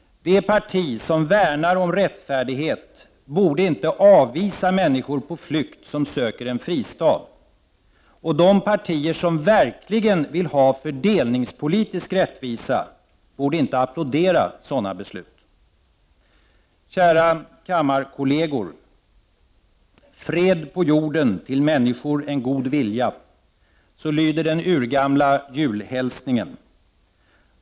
Det parti som värnar om rättfärdighet borde inte avvisa människor på flykt som söker en fristad. De partier som verkligen vill ha fördelningspolitisk rättvisa borde inte applådera sådana beslut. Kära kammarkolleger! Fred på jorden, till människor en god vilja. Så lyder den urgamla julhälsningen.